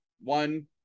one